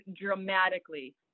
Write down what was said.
dramatically